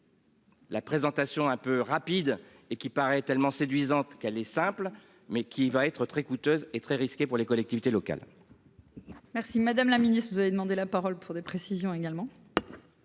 La présentation un peu rapide et qui paraît tellement séduisante qu'elle est simple mais qui va être très coûteuses et très risqué pour les collectivités locales.-- Merci Madame la Ministre, vous avez demandé la parole pour des précisions également.--